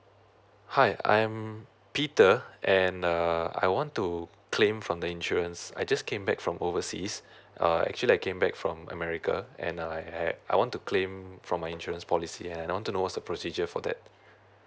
hi I'm peter and uh I want to claim from the insurance I just came back from overseas uh actually I came back from america and I have I want to claim from my insurance policy and I want to knows what's the procedure for that